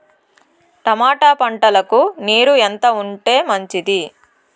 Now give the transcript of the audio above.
Tomato పంటకు నీరు ఎంత ఉంటే మంచిది?